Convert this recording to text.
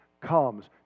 comes